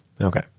Okay